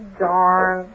darn